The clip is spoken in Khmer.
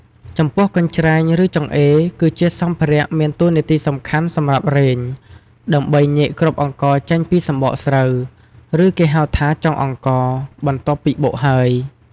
ចំពោះកញ្ច្រែង ឬចង្អេរ គឺជាសម្ភារៈមានតួនាទីសំខាន់សម្រាប់រែង ដើម្បីញែកគ្រាប់អង្ករចេញពីសម្បកស្រូវ ឬគេហៅថាចុងអង្ករ បន្ទាប់ពីបុកហើយ។